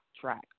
track